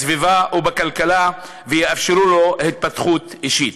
בסביבה ובכלכלה ויאפשרו לו התפתחות אישית.